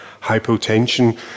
hypotension